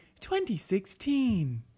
2016